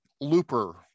looper